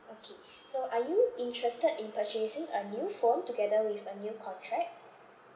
okay so are you interested in purchasing a new phone together with a new contract